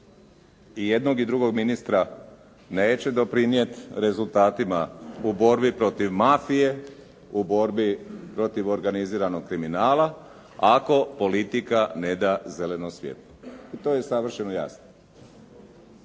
i jednog i drugog ministra neće doprinijeti rezultatima u borbi protiv mafije, u borbi protiv organiziranog kriminala, ako politika ne da zeleno svjetlo. I to je savršeno jasno.